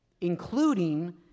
including